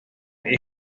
hijo